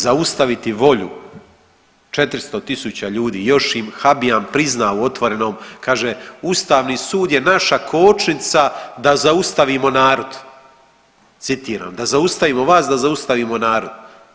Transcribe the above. Zaustaviti volju 400.000 ljudi još im Habijan prizna u Otvorenom kaže „ustavni sud je naša kočnica da zaustavimo narod“ citiram da zaustavimo vas da zaustavimo narod.